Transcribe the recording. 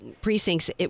Precincts